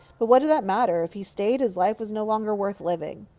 but what did that matter? if he stayed, his life was no longer worth living.